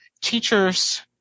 Teachers